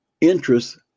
Interest